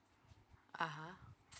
(uh huh)